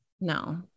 No